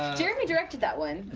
jeremy directed that one.